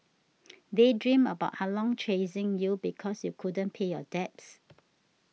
daydream about Ah Long chasing you because you couldn't pay your debts